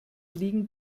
liegen